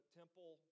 temple